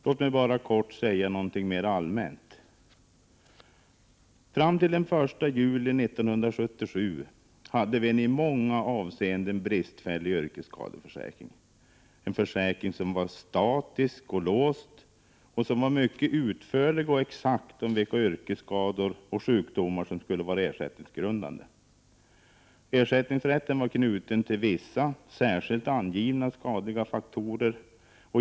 Låt mig bara först kortfattat säga något mer allmänt. Fram till den 1 juli 1977 hade vi en i många avseenden bristfällig yrkesskadeförsäkring, en försäkring som var statisk och låst och som var mycket utförlig och exakt när det gällde vilka yrkesskador och sjukdomar som skulle vara ersättningsgrundande. Ersättningsrätten var knuten till vissa, särskilt angivna, skadliga faktorer.